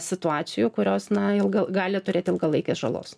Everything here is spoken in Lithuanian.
situacijų kurios na ilga gali turėt ilgalaikės žalos